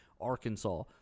Arkansas